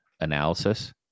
analysis